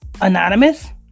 Anonymous